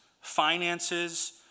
finances